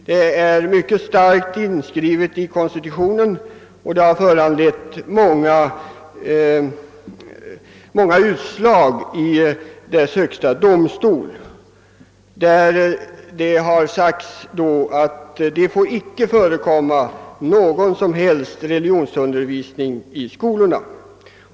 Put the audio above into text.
Detta är mycket starkt inskrivet i konstitutionen och har föranlett många utslag i Amerikas högsta domstol, som har inneburit att det icke får förekomma någon religionsundervisning i skolorna.